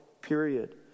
period